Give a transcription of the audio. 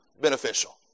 beneficial